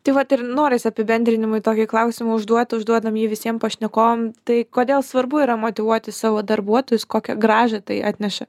tai vat ir noris apibendrinimui tokį klausimą užduot užduodam jį visiem pašnekovam tai kodėl svarbu yra motyvuoti savo darbuotojus kokią grąžą tai atneša